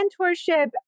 mentorship